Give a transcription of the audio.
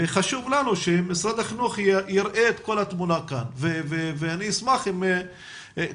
וחשוב לנו שמשרד החינוך יראה את כל התמונה כאן ואני אשמח אם קודם